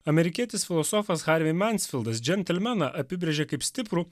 amerikietis filosofas harvei mensfildas džentelmeną apibrėžia kaip stiprų